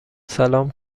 سلام